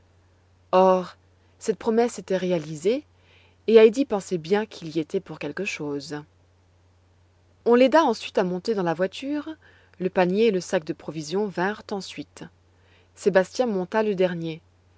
cette promesse s'était réalisée et heidi pensait bien qu'il y était pour quelque chose on l'aida ensuite à monter dans la voiture le panier et le sac de provisions vinrent ensuite sébastien monta le dernier